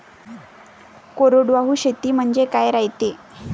कोरडवाहू शेती म्हनजे का रायते?